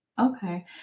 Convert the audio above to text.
Okay